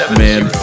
man